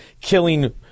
killing